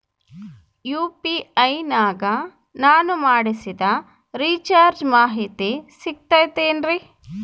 UPI ನಾಗ ನಾನು ಮಾಡಿಸಿದ ರಿಚಾರ್ಜ್ ಮಾಹಿತಿ ಸಿಗುತೈತೇನ್ರಿ?